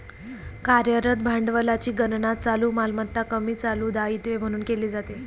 कार्यरत भांडवलाची गणना चालू मालमत्ता कमी चालू दायित्वे म्हणून केली जाते